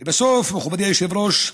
ובסוף, מכובדי היושב-ראש,